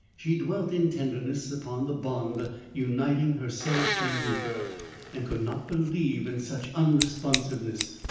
she dwelt in tenderness upon the bond uniting herself and reuther and could not believe in such unresponsiveness.